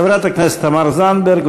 חברת הכנסת זנדברג.